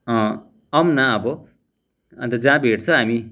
आउँ न अब अन्त जहाँ भेट्छ हामी